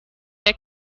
der